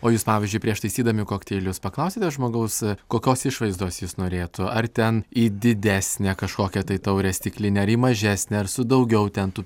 o jūs pavyzdžiui prieš taisydami kokteilius paklausiate žmogaus kokios išvaizdos jis norėtų ar ten į didesnę kažkokią tai taurę stiklinę ar į mažesnę ar su daugiau ten tų